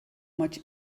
much